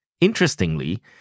Interestingly